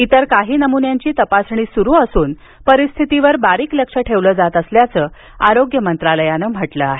इतर काही नमुन्यांची तपासणी सुरू असून परिस्थितीवर बारीक लक्ष ठेवलं जात असल्याचं आरोग्य मंत्रालयानं म्हटलं आहे